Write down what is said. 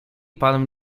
pan